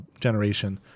generation